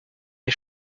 les